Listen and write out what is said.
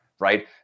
Right